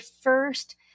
first